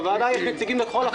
בוועדה יש נציגים לכל המפלגות .